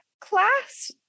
class